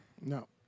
No